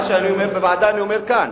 מה שאני אומר בוועדה, אני אומר כאן.